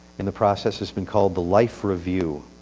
in the process has been called the life review.